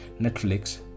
Netflix